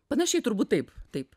panašiai turbūt taip taip